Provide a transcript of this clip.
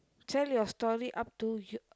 tell your story up till you